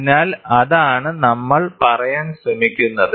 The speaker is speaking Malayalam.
അതിനാൽ അതാണ് നമ്മൾ പറയാൻ ശ്രമിക്കുന്നത്